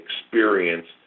experience